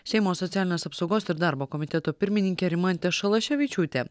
seimo socialinės apsaugos ir darbo komiteto pirmininkė rimantė šalaševičiūtė